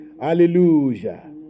hallelujah